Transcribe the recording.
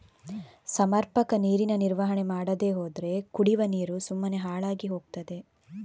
ಸಮರ್ಪಕ ನೀರಿನ ನಿರ್ವಹಣೆ ಮಾಡದೇ ಹೋದ್ರೆ ಕುಡಿವ ನೀರು ಸುಮ್ಮನೆ ಹಾಳಾಗಿ ಹೋಗ್ತದೆ